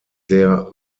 der